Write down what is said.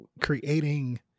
creating